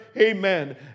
amen